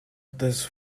this